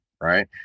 right